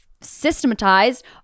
systematized